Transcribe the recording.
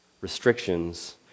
restrictions